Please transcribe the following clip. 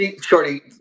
Shorty